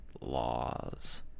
laws